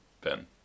Ben